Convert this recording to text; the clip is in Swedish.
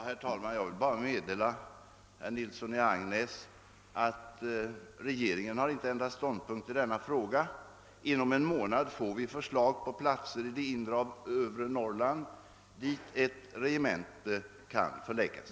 Herr talman! Jag vill bara meddela herr Nilsson i Agnäs att regeringen inte har ändrat ståndpunkt i denna fråga. Inom en månad får vi förslag på platser i det inre av övre Norrland, dit ett regemente kan förläggas.